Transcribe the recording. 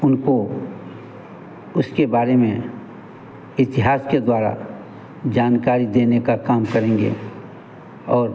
उनको उसके बारे में इतिहास के द्वारा जानकारी देने का काम करेंगे और